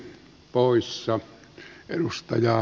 arvoisa puhemies